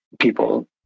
people